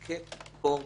זו הכוונה?